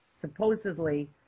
supposedly